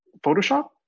Photoshop